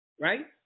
right